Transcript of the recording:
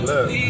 Look